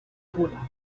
puno